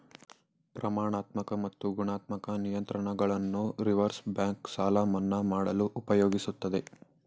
ಪ್ರಮಾಣಾತ್ಮಕ ಮತ್ತು ಗುಣಾತ್ಮಕ ನಿಯಂತ್ರಣಗಳನ್ನು ರಿವರ್ಸ್ ಬ್ಯಾಂಕ್ ಸಾಲ ಮನ್ನಾ ಮಾಡಲು ಉಪಯೋಗಿಸುತ್ತದೆ